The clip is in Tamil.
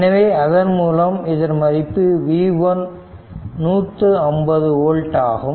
எனவே அதன் மூலம் இதன் மதிப்பு v1 150 ஓல்ட் ஆகும்